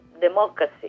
democracy